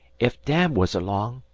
ef dad was along,